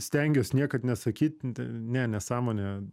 stengiuos niekad nesakyt te ne nesąmonė